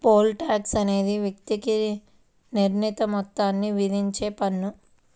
pole tax అనేది ఒక వ్యక్తికి నిర్ణీత మొత్తాన్ని విధించే పన్ను